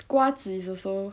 瓜子 is also